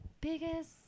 biggest